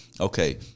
Okay